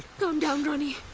calm down ronnie.